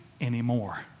anymore